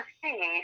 see